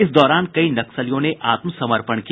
इस दौरान कई नक्सलियों ने आत्मसमर्पण किया